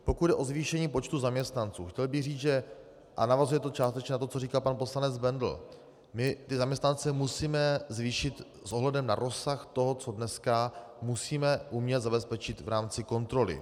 Pokud jde o zvýšení počtu zaměstnanců, chtěl bych říct, a navazuje to částečně na to, co říkal pan poslanec Bendl, že my ty zaměstnance musíme zvýšit s ohledem na rozsah toho, co dneska musíme umět zabezpečit v rámci kontroly.